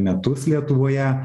metus lietuvoje